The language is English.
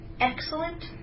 Excellent